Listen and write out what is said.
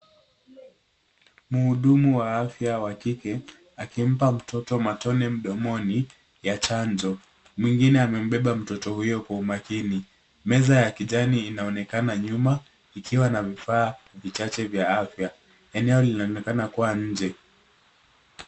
Mhudumu wa afya wa kike akimpaa mtoto matone mdomoni ya chanjo. Mwingine amebeba mtoto huyo kwa umakini. Meza ya kijani inaonekana nyuma ikiwa na vifaa vichache vya afya. Eneo linaonekana kuwa nje.